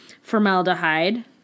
formaldehyde